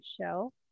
show